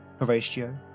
Horatio